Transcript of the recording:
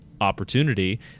opportunity